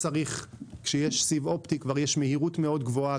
כשיש סיב אופטימי המהירות מאוד גבוהה,